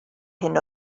hyn